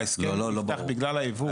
ההסכם נפתח בגלל היבוא.